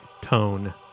tone